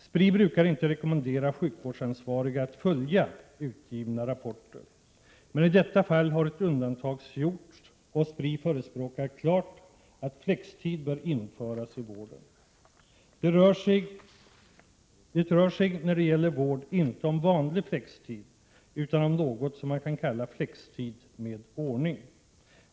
Spri brukar inte rekommendera sjukvårdsansvariga att följa utgivna rapporter, men i detta fall har ett undantag gjorts, och Spri förespråkar klart att flextid bör införas i vården. Det rör sig när det gäller vård inte om vanlig flextid utan om något man kan kalla flextid med ordning.